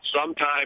sometime